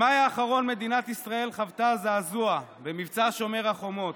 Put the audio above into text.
במאי האחרון מדינת ישראל חוותה זעזוע במבצע שומר החומות.